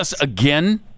again